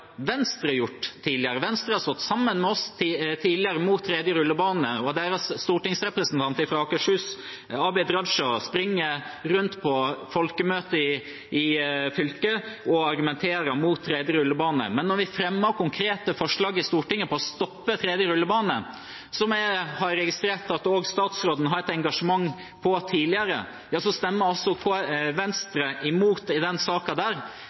Venstre gjort tidligere. Venstre har tidligere stått sammen med oss mot en tredje rullebane. Deres stortingsrepresentant fra Akershus, Abid Q. Raja, springer rundt på folkemøter i fylket og argumenterer mot en tredje rullebane. Men når vi fremmer konkrete forslag i Stortinget om å stoppe en tredje rullebane – som jeg har registrert at også statsråden har hatt et engasjement for tidligere – stemmer Venstre imot i